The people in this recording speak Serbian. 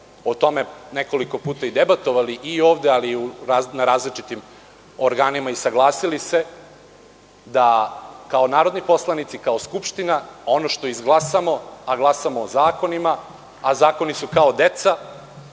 o tome nekoliko puta debatovali i ovde, ali i na različitim organima i saglasili se da kao narodni poslanici, kao Skupština, ono što izglasamo, a glasamo o zakonima, a zakoni su kao deca,